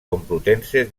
complutense